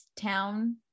town